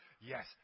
Yes